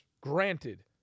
granted